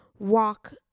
Walk